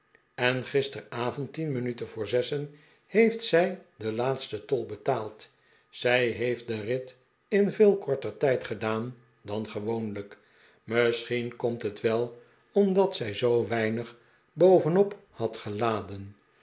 en gisterenavond tien minuten voor zessen heeft zij den laatsten tol betaald zij heeft den rit in veel korter tijd gedaan dan gewoonlijkmisschien komt het wel omdat zij zoo weinig bovenop had geladen